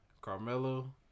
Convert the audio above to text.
Carmelo